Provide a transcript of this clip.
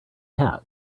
hat